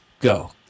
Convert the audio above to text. Go